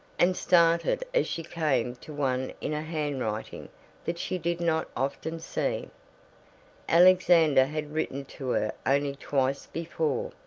and started as she came to one in a handwriting that she did not often see alexander had written to her only twice before,